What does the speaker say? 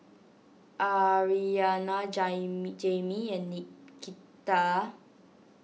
Arianna Jamie and Nikita